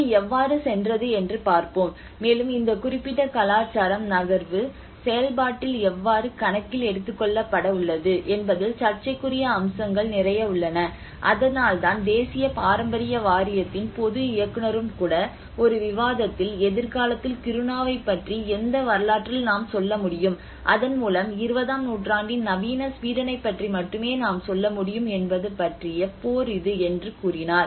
இது எவ்வாறு சென்றது என்று பார்ப்போம் மேலும் இந்த குறிப்பிட்ட கலாச்சாரம் நகர்வு செயல்பாட்டில் எவ்வாறு கணக்கில் எடுத்துக்கொள்ளப்பட உள்ளது என்பதில் சர்ச்சைக்குரிய அம்சங்கள் நிறைய உள்ளன அதனால்தான் தேசிய பாரம்பரிய வாரியத்தின் பொது இயக்குநரும் கூட ஒரு விவாதத்தில் எதிர்காலத்தில் கிருணாவைப் பற்றி எந்த வரலாற்றில் நாம் சொல்ல முடியும் அதன் மூலம் 20 ஆம் நூற்றாண்டின் நவீன ஸ்வீடனைப் பற்றி மட்டுமே நாம் சொல்ல முடியும் என்பது பற்றிய போர் இது என்று கூறினார்